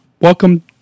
Welcome